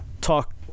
talk